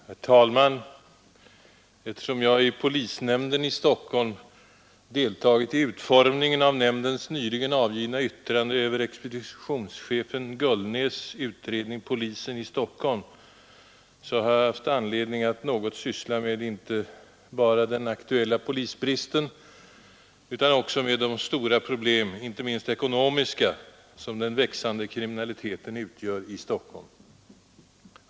Herr talman! Eftersom jag i polisnämnden i Stockholm deltagit i utformningen av nämndens nyligen avgivna yttrande över expeditionschefen Gullnäs” ”Polisen i Stockholm” har jag haft anledning att något syssla inte bara med den aktuella polisbristen utan också med de stora problem, inte minst ekonomiska, som den växande kriminaliteten utgör i Stockholm.